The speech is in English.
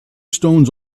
stones